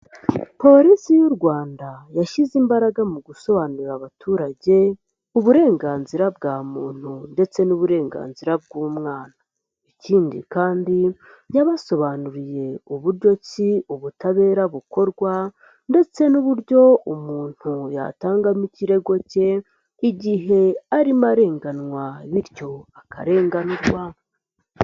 Polisi y'u Rwanda yashyize imbaraga mu gusobanurira abaturage, uburenganzira bwa muntu ndetse n'uburenganzira bw'umwana, ikindi kandi yabasobanuriye uburyo ki ubutabera bukorwa ndetse n'uburyo umuntu yatangamo ikirego cye, igihe arimo arenganywa, bityo akarenganurwa.